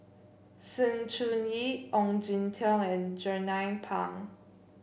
Sng Choon Yee Ong Jin Teong and Jernnine Pang